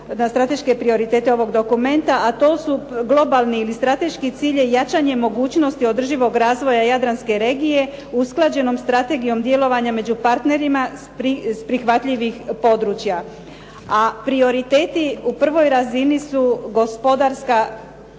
na strateške prioritete ovog dokumenta, a to su globalni ili strateški cilj i jačanje mogućnosti održivog razvoja jadranske regije usklađenom strategijom djelovanja među partnerima s prihvatljivih područja. A prioriteti u prvoj razini su gospodarska,